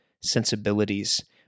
sensibilities